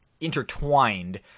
intertwined